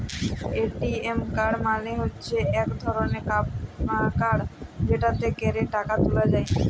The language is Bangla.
এ.টি.এম কাড় মালে হচ্যে ইক ধরলের কাড় যেটতে ক্যরে টাকা ত্যুলা যায়